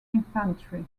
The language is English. infantry